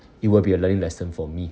it will be a learning lesson for me